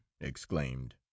exclaimed